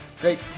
great